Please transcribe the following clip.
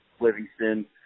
Livingston